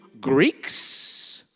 Greeks